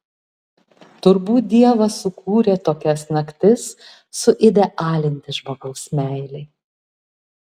turbūt dievas sukūrė tokias naktis suidealinti žmogaus meilei